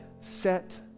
set